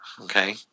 Okay